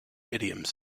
idioms